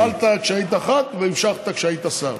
התחלת כשהיית ח"כ, והמשכת כשהיית שר.